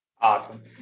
Awesome